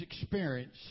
experience